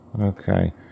Okay